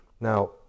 Now